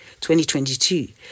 2022